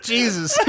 Jesus